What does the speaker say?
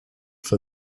for